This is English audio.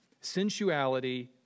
sensuality